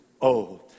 old